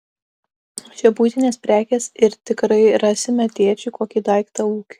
čia buitinės prekės ir tikrai rasime tėčiui kokį daiktą ūkiui